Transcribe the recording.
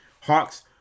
Hawks